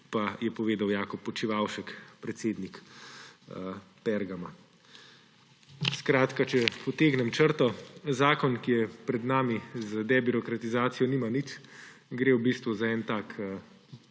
pa je povedal Jakob Počivavšek, predsednik Pergama. Skratka, če potegnem črto, zakon, ki je pred nami, z debirokratizacijo nima nič. Gre v bistvu za en tak